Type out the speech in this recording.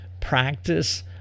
practice